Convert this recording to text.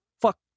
fuck